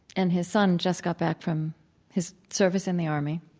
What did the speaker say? and his son just got back from his service in the army,